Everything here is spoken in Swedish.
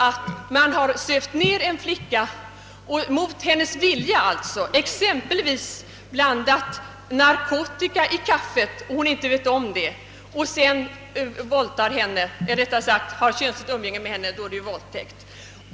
Om man har sövt ner en flicka och mot hennes vilja exempelvis blandat narkotika i kaffet utan att hon vet om det och sedan har haft könsumgänge med henne då är det våldtäkt.